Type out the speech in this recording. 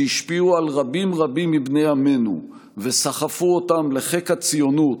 שהשפיעו על רבים רבים מבני עמנו וסחפו אותם לחיק הציונות,